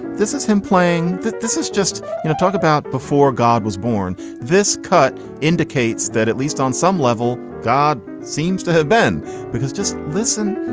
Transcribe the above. this is him playing that this is just talk about before god was born. this cut indicates that at least on some level, god seems to have been because. just listen.